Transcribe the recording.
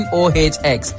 ohx